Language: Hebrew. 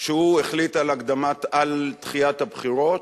כשהוא החליט על דחיית הבחירות.